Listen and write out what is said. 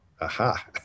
aha